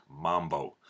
Mambo